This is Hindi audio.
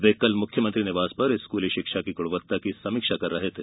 वे कल मुख्यमंत्री निवास पर स्कूली शिक्षा की गुणवत्ता की समीक्षा कर रहे थे